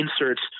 inserts